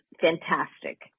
fantastic